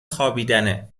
خوابیدنه